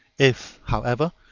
if, however,